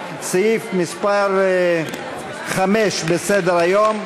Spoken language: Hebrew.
סעיף מס' 5 בסדר-היום.